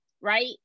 right